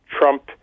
Trump